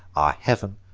our heav'n,